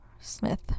Smith